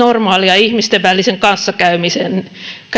normaaleja ihmisten välisen kanssakäymisen